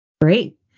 Great